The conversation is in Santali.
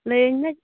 ᱞᱟᱹᱭᱟᱹᱧᱢᱮ